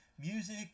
music